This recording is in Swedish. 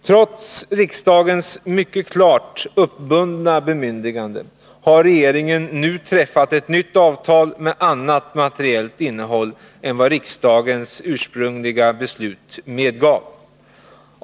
Trots riksdagens mycket klart uppbunda bemyndigande har regeringen nu träffat ett nytt avtal med annat materiellt innehåll än vad riksdagens ursprungliga beslut medgav.